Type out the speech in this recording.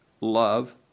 love